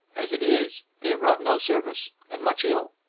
as it is they have wrought no service and much ill,